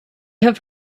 have